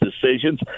decisions